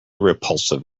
repulsive